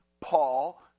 Paul